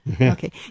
Okay